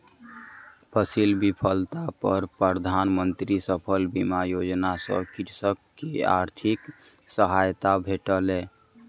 फसील विफलता पर प्रधान मंत्री फसल बीमा योजना सॅ कृषक के आर्थिक सहायता भेटलै